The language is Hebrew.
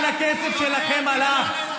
לאן הכסף שלכם הלך.